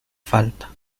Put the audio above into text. falta